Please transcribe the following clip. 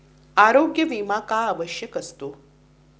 आरोग्य विमा का आवश्यक असतो?